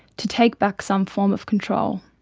to take back some form of control.